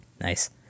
Nice